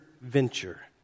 venture